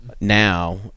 Now